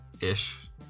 Ish